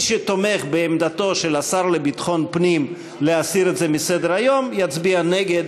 מי שתומך בעמדתו של השר לביטחון פנים להסיר את זה מסדר-היום יצביע נגד.